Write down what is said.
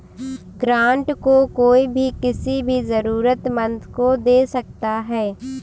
grant को कोई भी किसी भी जरूरतमन्द को दे सकता है